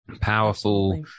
powerful